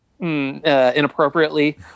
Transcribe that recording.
Inappropriately